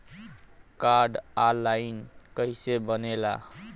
Card online कइसे बनेला?